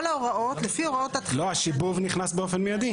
לא, השיבוב נכנס באופן מיידי.